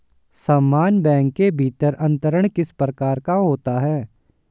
समान बैंक के भीतर अंतरण किस प्रकार का होता है?